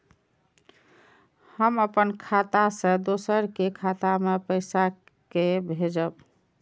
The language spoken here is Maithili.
हम अपन खाता से दोसर के खाता मे पैसा के भेजब?